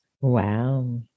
Wow